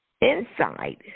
inside